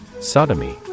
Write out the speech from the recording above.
Sodomy